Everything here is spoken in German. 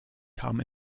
kam